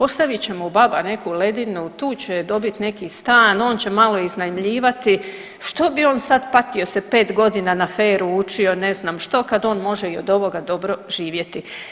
Ostavit će mu baba neku ledinu, tu će dobit neki stan, on će malo iznajmljivati, što bi on sad patio se 5 godina na FER-u, učio ne znam što kad on može i od ovoga dobro živjeti.